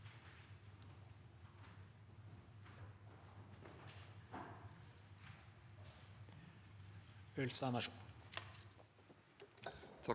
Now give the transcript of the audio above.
Takk